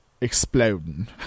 exploding